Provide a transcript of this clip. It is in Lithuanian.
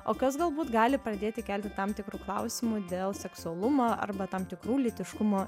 o kas galbūt gali pradėti kelti tam tikrų klausimų dėl seksualumo arba tam tikrų lytiškumo